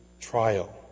trial